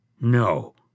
No